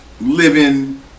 living